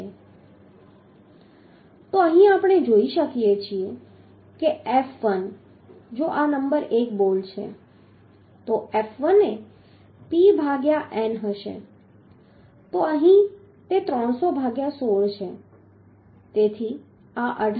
તો અહીં આપણે જોઈ શકીએ છીએ કે F1 જો આ નંબર 1 બોલ્ટ છે તો F1 એ P ભાગ્યા n હશે તો અહીં તે 300 ભાગ્યા 16 છે તેથી આ 18